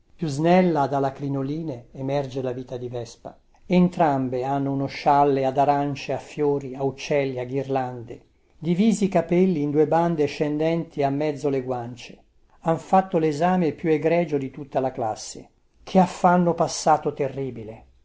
più snella da la crinoline emerge la vita di vespa entrambe hanno un scialle ad arancie a fiori a uccelli a ghirlande divisi i capelli in due bande scendenti a mezzo le guancie han fatto lesame più egregio di tutta la classe che affanno passato terribile